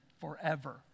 forever